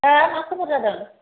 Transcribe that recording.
हो मा खबर जादों